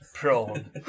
Prawn